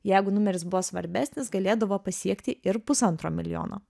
jeigu numeris buvo svarbesnis galėdavo pasiekti ir pusantro milijono